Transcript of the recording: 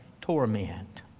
torment